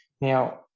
Now